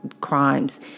crimes